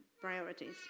priorities